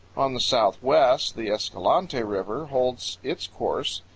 on the southwest the escalante river holds its course.